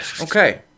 Okay